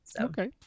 Okay